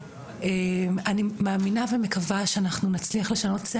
אני מאמינה ומקווה שאנחנו נצליח לשנות את זה,